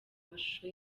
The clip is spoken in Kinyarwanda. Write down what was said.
mashusho